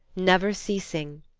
never ceasing,